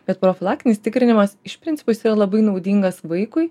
bet profilaktinis tikrinimas iš principo jis yra labai naudingas vaikui